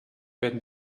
werden